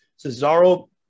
Cesaro